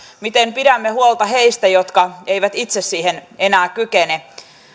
miten pidämme huolta heistä jotka eivät itse siihen enää kykene